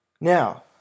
Now